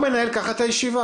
אני לא מנהל ככה ישיבה.